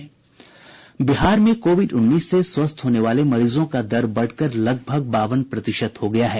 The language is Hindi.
बिहार में कोविड उन्नीस से स्वस्थ होने वाले मरीजों का दर बढ़कर लगभग बावन प्रतिशत हो गया है